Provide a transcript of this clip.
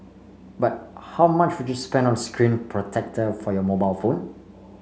but how much would you spend on a screen protector for your mobile phone